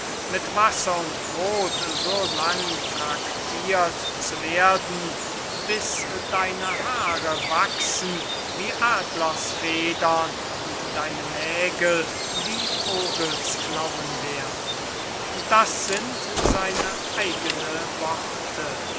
mit wasser und brod so lang traktirt zu werden bis deine haare wachsen wie adlers federn und deine nägel wie vogelsklauen werden das sind seine eigene worte